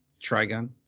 trigon